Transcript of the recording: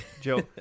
Joe